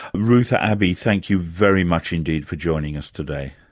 ruth abbey, thank you very much indeed for joining us today.